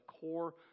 core